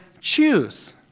choose